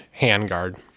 handguard